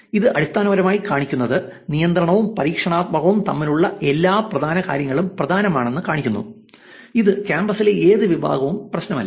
ഇത് അടിസ്ഥാനപരമായി കാണിക്കുന്നത് നിയന്ത്രണവും പരീക്ഷണാത്മകവും തമ്മിലുള്ള എല്ലാ പ്രധാന കാര്യങ്ങളും പ്രധാനമാണെന്ന് കാണിക്കുന്നു ഇത് കാമ്പസിലെ ഏത് വിഭാഗവും പ്രശ്നമല്ല